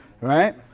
Right